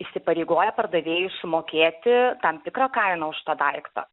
įsipareigoja pardavėjui sumokėti tam tikrą kainą už tą daiktą